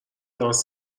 راس